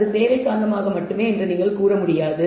அது சேவை காரணமாக மட்டுமே என்று நீங்கள் கூற முடியாது